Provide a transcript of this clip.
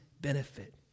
benefit